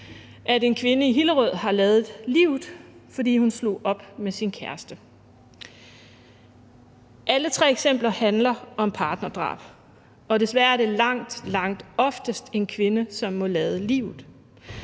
at en kvinde i Hillerød har ladet livet, fordi hun slog op med sin kæreste. Alle tre eksempler handler om partnerdrab, og desværre er det langt, langt oftest en kvinde, som må lade livet.